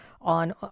on